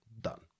done